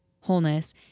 wholeness